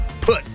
put